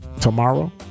tomorrow